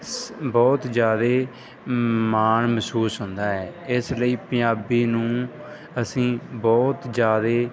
ਬਹੁਤ ਜ਼ਿਆਦਾ ਮਾਣ ਮਹਿਸੂਸ ਹੁੰਦਾ ਹੈ ਇਸ ਲਈ ਪੰਜਾਬੀ ਨੂੰ ਅਸੀਂ ਬਹੁਤ ਜ਼ਿਆਦਾ